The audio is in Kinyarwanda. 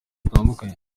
zitandukanye